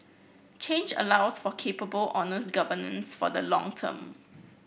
change allows for capable honest governance for the long term